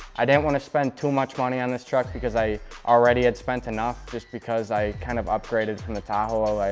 i didn't want to spend too much money on this truck because i already had spent enough just because i kind of upgraded from the tahoe.